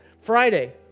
Friday